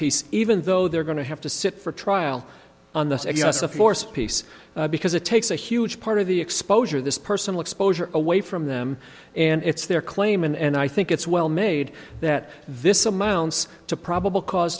piece even though they're going to have to sit for trial on the floor space because it takes a huge part of the exposure this personal exposure away from them and it's their claim and i think it's well made that this amounts to probable cause